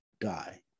die